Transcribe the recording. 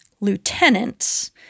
lieutenants